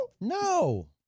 No